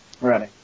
Ready